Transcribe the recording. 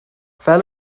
fel